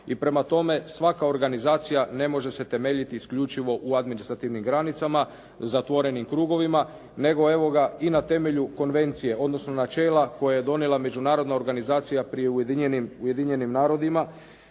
i prema tome svaka organizacija ne može se temeljiti isključivo u administrativnim granicama, zatvorenim krugovima, nego evo ga i na temelju konvencije, odnosno načela koje je donijela međunarodna organizacija pri Ujedinjenim narodima,